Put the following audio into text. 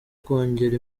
kongera